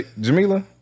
Jamila